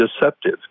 deceptive